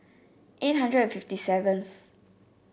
eight hundred and fifty seventh